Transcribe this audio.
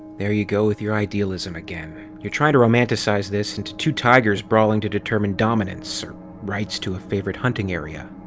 there you go with your idealism again. you're trying to romanticize this into two tigers brawling to determine dominance. or rights to a favorite hunting area.